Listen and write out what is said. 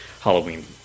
Halloween